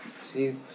See